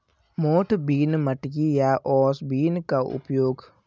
मोठ बीन, मटकी या ओस बीन का उपयोग मुख्य रूप से अंकुरित अनाज और प्रोटीन के लिए किया जाता है